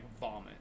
vomit